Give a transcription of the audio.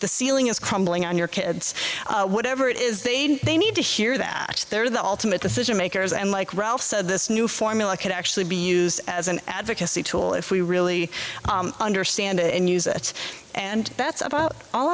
the ceiling is crumbling on your kids whatever it is they did they need to hear that they're the ultimate decision makers and like ralph said this new formula could actually be used as an advocacy tool if we really understand it and use it and that's about all